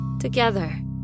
together